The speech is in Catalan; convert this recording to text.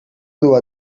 dur